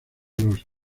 los